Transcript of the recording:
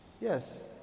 yes